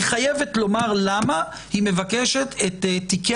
היא חייבת לומר למה היא מבקשת את תיקי